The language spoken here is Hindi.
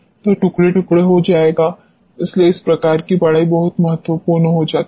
तो टुकड़े टुकड़े हो जाएगा इसलिए इस प्रकार की पढ़ाई बहुत महत्वपूर्ण हो जाती है